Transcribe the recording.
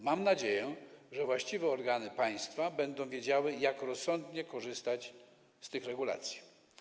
Mam nadzieję, że właściwe organy państwa będą wiedziały, jak rozsądnie korzystać z tych regulacji.